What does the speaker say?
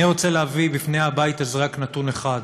אני רוצה להביא בפני הבית הזה רק נתון אחד: